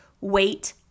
wait